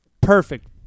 perfect